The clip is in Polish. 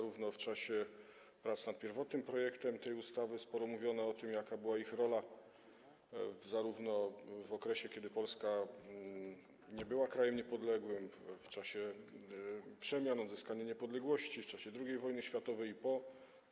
Już w czasie prac nad pierwotnym projektem tej ustawy sporo mówiono o tym, jaka była ich rola w okresie, kiedy Polska nie była krajem niepodległym, w czasie przemian, w sytuacji odzyskania niepodległości, w czasie II wojny światowej i po niej.